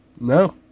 No